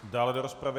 Dále do rozpravy?